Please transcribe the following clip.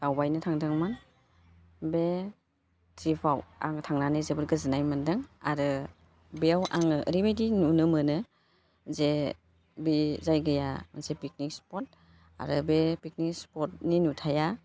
दावबायनो थांदोंमोन बे ट्रिपआव आङो थांनानै जोबोद गोजोन्नाय मोन्दों आरो बेयाव आङो ओरैबायदि नुनो मोनो जे बे जायगाया मोनसे पिकनिक स्पट आरो बे पिकनिक स्पटनि नुथाइआ